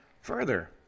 further